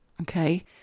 Okay